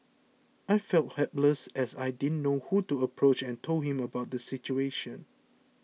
I felt helpless as I didn't know who to approach and told him about the situation